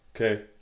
okay